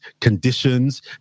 conditions